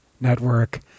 network